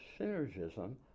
synergism